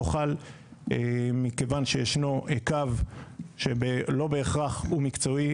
חל מכיוון שישנו קו שלא בהכרח הוא מקצועי,